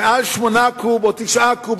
מעל 8 או 9 קוב,